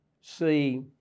see